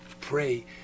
pray